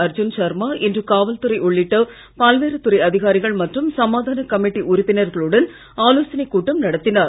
அர்ஜுன் சர்மா இன்று காவல் துறை உள்ளிட்ட பல்வேறு துறை அதிகாரிகள் மற்றும் சமாதான கமிட்டி உறுப்பினர்களுடன் ஆலோசனைக் கூட்டம் நடத்தினார்